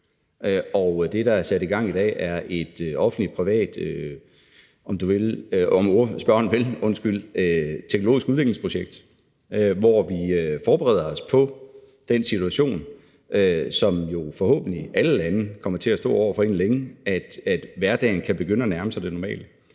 Og det, der er sat i gang i dag, er et offentligt-privat, om spørgeren vil, teknologisk udviklingsprojekt, hvor vi forbereder os på den situation, som jo forhåbentlig alle lande kommer til at stå over for inden længe, altså at hverdagen kan begynde at nærme sig det normale.